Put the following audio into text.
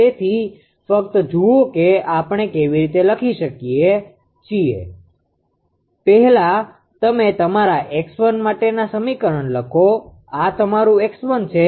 તેથી ફક્ત જુઓ કે આપણે કેવી રીતે લખીએ છીએ પહેલા તમે તમારા 𝑥1 માટેનું સમીકરણ લખો આ તમારું 𝑥1 છે